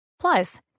Plus